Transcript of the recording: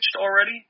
already